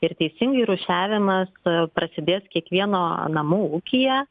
ir teisingai rūšiavimas prasidės kiekvieno namų ūkyje